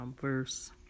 verse